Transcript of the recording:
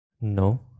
No